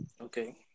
Okay